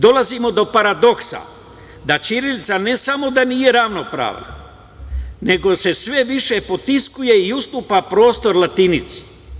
Dolazimo do paradoksa da ćirilica ne samo da nije ravnopravna, nego se sve više potiskuje i ustupa prostor latinici.